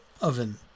oven